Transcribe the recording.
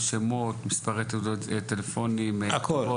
שמות, טלפונים והכל?